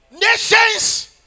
nations